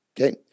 Okay